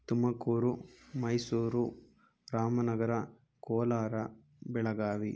Tumakuru Mysuru Ramanagara Kolar Belagavi